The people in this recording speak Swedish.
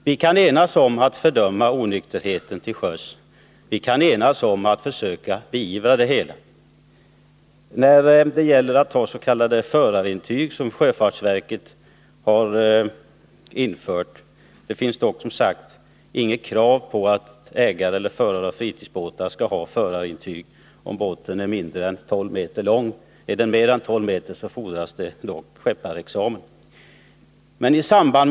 Vi kan enas om att fördöma onykterheten till sjöss, och vi kan enas om att försöka beivra den. Det finns som sagt inget krav på att ägare eller förare av fritidsbåtar skall ha förarintyg, om båten är mindre än tolv meter lång. Är den mer än tolv meter fordras det skepparexamen av den som framför den.